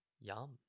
Yum